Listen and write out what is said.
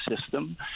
system